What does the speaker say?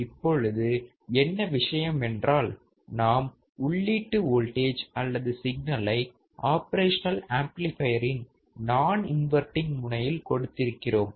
இப்பொழுது என்ன விஷயம் என்றால் நாம் உள்ளீட்டு வோல்டேஜ் அல்லது சிக்னலை ஆபரேஷன்னல் ஆம்ப்ளிபையரின் நான் இன்வர்ட்டிங் முனையில் கொடுத்திருக்கிறோம்